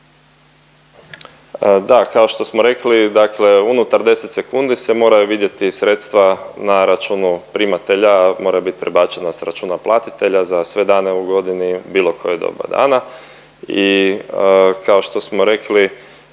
Da, kao što smo rekli dakle unutar 10 sekundi se moraju vidjeti sredstva na računu primatelja, a moraju bit prebačena sa računa platitelja za sve dane u godini u bilo koje doba dana i kao što smo rekli